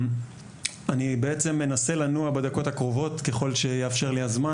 אני בעצם מנסה לנוע בדקות הקרובות ככל שיאפשר לי הזמן